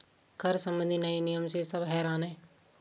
कर संबंधी नए नियम से सब हैरान हैं